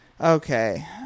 Okay